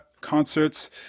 concerts